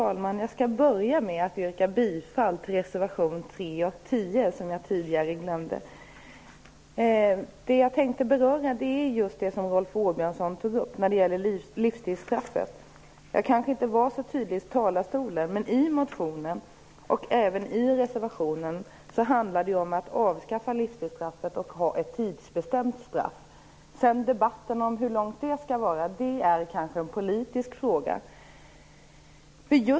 Fru talman! Jag skall börja med att yrka bifall till reservationerna 3 och 10, vilket jag tidigare glömde. Det jag tänkte beröra är just det som Rolf Åbjörnsson tog upp när det gäller livstidsstraffet. Jag kanske inte var så tydlig i talarstolen, men i motionen och även i reservationen framgår att det handlar om att avskaffa livstidsstraffet och ha ett tidsbestämt straff. Sedan är kanske debatten om hur långt det skall vara en politisk fråga.